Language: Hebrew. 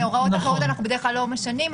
--- הוראות אחרות אנחנו בדרך כלל לא משנים,